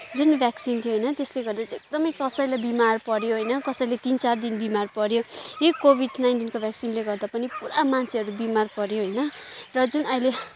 जुन भ्याक्सिन थियो होइन त्यसले गर्दा चाहिँ एकदमै कसैलाई बिमार पऱ्यो होइन कसैलाई तिन चार दिन बिमार पऱ्यो यही कोभिड नाइन्टिनको भ्याक्सिनले गर्दा पनि पुरा मान्छेहरू बिमार पर्यो होइन र जुन अहिले